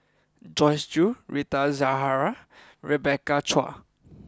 Joyce Jue Rita Zahara and Rebecca Chua